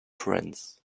friends